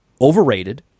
overrated